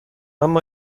اما